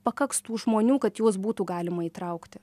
pakaks tų žmonių kad juos būtų galima įtraukti